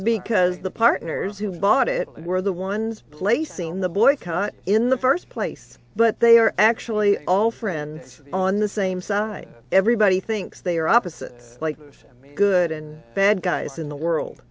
because the partners who bought it were the ones placing the boycott in the first place but they are actually all friends on the same side everybody thinks they are opposites like good and bad guys in the world